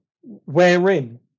wherein